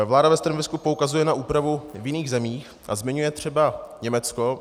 Vláda ve stanovisku poukazuje na úpravu v jiných zemích a zmiňuje třeba Německo.